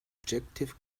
objective